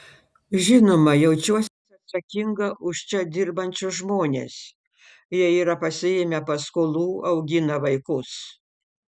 žinoma jaučiuosi atsakinga už čia dirbančius žmones jie yra pasiėmę paskolų augina vaikus